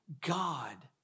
God